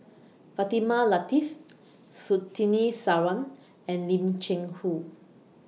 Fatimah Lateef Surtini Sarwan and Lim Cheng Hoe